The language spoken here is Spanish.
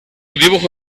dibujo